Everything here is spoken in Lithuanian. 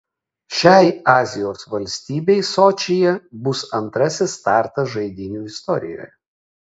šiai azijos valstybei sočyje bus antrasis startas žaidynių istorijoje